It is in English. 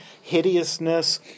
hideousness